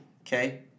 okay